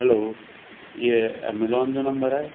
hello इहो Amazon जो number आहे